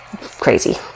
crazy